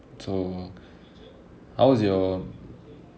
so how's your